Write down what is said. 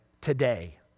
today